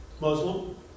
Muslim